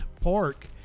Park